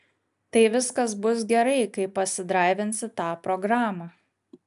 tai viskas bus gerai kai pasidraivinsi tą programą